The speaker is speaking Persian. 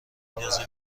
ندازه